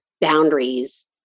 boundaries